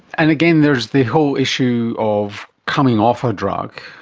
and again there is the whole issue of coming off a drug.